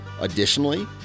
Additionally